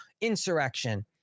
insurrection